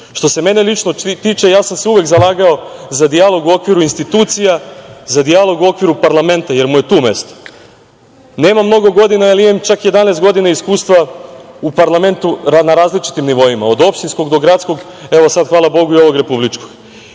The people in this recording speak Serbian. Što se mene lično tiče, ja sam se uvek zalagao za dijalog u okviru institucija, za dijalog u okviru parlamenta, jer mu je tu i mesto. Nemam mnogo godina, ali imam čak 11 godina iskustva u parlamentu na različitim nivoima, od opštinskog do gradskog, a evo sad, hvala bogu i ovog republičko